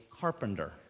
carpenter